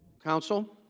counsel?